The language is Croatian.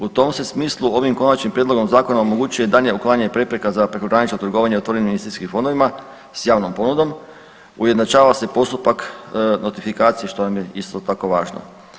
U tom se smislu ovim konačnim prijedlogom zakona omogućuje daljnje uklanjanje prepreka za prekogranično trgovanje otvorenim investicijskim fondovima s javnom ponudom, ujednačava se postupak notifikacije što nam je isto tako važno.